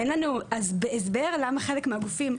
אין לנו ההסבר למה חלק מהגופים,